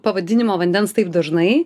pavadinimo vandens taip dažnai